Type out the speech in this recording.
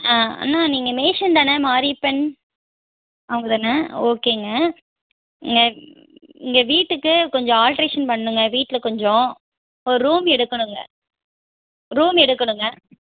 ஆ அண்ணா நீங்கள் மேஷன் தான மாரியப்பன் அவங்க தான ஓக்கேங்க எங்கள் இங்கே வீட்டுக்கு கொஞ்சம் ஆல்ட்ரேஷன் பண்ணணுங்க வீட்டில் கொஞ்சம் ஒரு ரூம் எடுக்கணுங்க ரூம் எடுக்கணுங்க